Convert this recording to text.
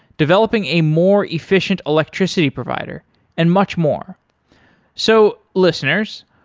developing a more efficient electricity provider and much more so listeners,